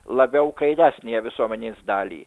labiau kairias visuomenės dalį